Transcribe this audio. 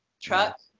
Truck